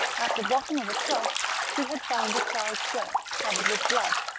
at the bottom of a trough she had found a child's shirt covered with blood.